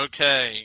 Okay